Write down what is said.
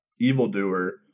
evildoer